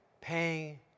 paying